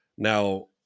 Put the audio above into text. Now